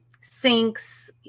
sinks